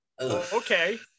Okay